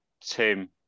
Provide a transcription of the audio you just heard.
Tim